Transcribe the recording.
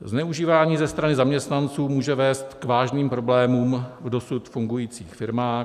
Zneužívání ze strany zaměstnanců může vést k vážným problémům v dosud fungujících firmách.